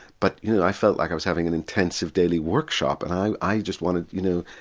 but you know i felt like i was having an intensive daily workshop and i i just wanted, you know,